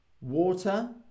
Water